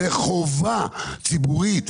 זה חובה ציבורית.